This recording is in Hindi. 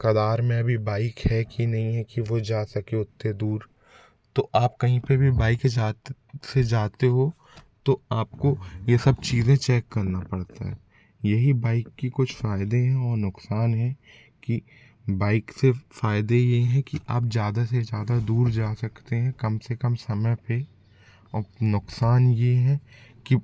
कगार में अभी बाइक है कि नई है कि वो जा सके उतनी दूर तो आप कहीं पे भी बाइक के साथ से जाते हो तो आपको ये सब चीज़ें चेक करना पड़ता है यही बाइक की कुछ फायदे हैं और नुकसान हैं कि बाइक से फायदे ये हैं कि आप ज़्यादा से ज़्यादा दूर जा सकते हैं कम से कम समय पे और नुकसान ये हैं कि